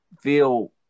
feel